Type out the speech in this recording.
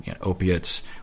opiates